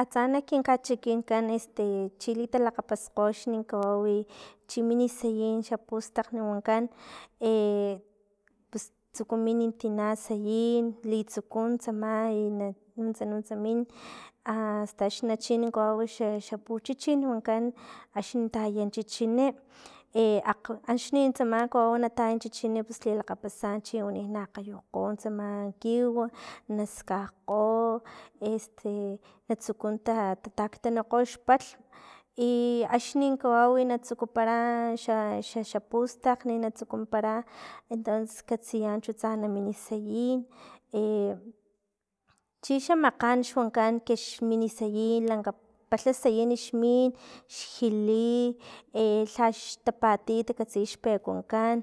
Atsa nak kin kachikinkan este chi talilakgaspaskgo kawami chimin sayin xa pustakg wankan pus tsuku min tina sayin litsuku tsama nutsa nuntsa min aasta nachin kawaw xa xa puchichin wankan axni taya chichinin i akg axni tsama kawaw nataya chichini pus lilakgapasa chiwani na akgayukgo tsama kiw, naskakgo este na tsuku ta taakgtanikgo xpalhm, i axni kawaw tsukupara xa xa pustakg na tsukumpara entonces katsilla chu tsa namin sayin i chi xamakagn xwankan xmin sayin y lanka palh sayin xmin xjili i lhaxtapati takatsi xpekuankan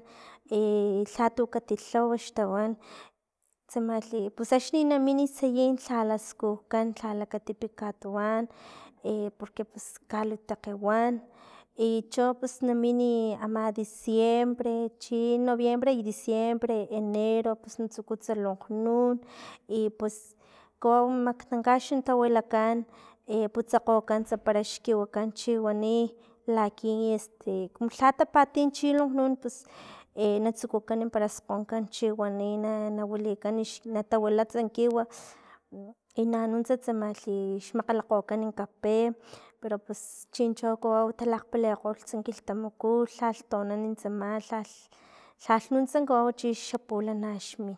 i lha lhayukatilhaw xtawan tsamalhi pus axni na min sayin lhala skujkan lhala katipi katuwan i porque pus kalutakge wan i cho pus namini ama diciembre, chino noviembre y diciembre, enero psnatsukuts longnun i pues maktankaxn tawilakan putsakgokants para xkiwikan chiwani laki este kumu lha tapati chilonkgnun pus na tsuku skgonkan na tawilats kiw y nanunts tsamali xmakgalakgokan kape pero pus chincho kawaw talakgpalikgost kiltamaku lhalhtoanan tsama lhal lhal nutsa kawaw u chi xapulana xmin.